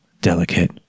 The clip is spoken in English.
delicate